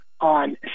on